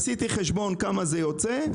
עשיתי חשבון של כמה זה יוצא: